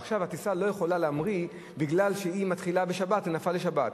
ועכשיו הטיסה לא יכולה להמריא בגלל שהיא מתחילה בשבת וזה נפל לשבת.